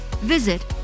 visit